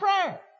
prayer